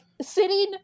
sitting